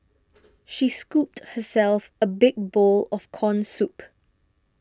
she scooped herself a big bowl of Corn Soup